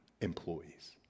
employees